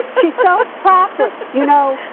she's so ah proper. you know,